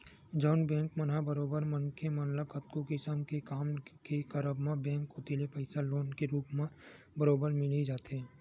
जउन बेंक मन ह बरोबर मनखे मन ल कतको किसम के काम के करब म बेंक कोती ले पइसा लोन के रुप म बरोबर मिल ही जाथे